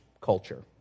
culture